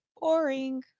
boring